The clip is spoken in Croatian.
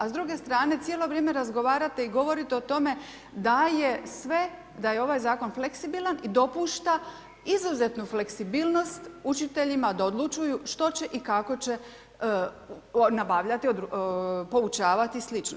A s druge strane cijelo vrijeme razgovarate i govorite o tome, daje sve da je ovaj zakon fleksibilan i dopušta izuzetnu fleksibilnost učiteljima da odlučuju, što će i kako će nabavljati poučavati i slično.